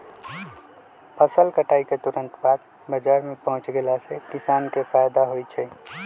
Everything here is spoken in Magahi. फसल कटाई के तुरत बाद बाजार में पहुच गेला से किसान के फायदा होई छई